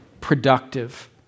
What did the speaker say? productive